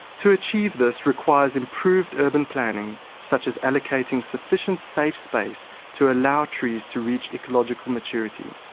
to achieve this requires improved urban planning such as allocating sufficient safe space to allow trees to reach ecological maturity,